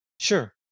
Sure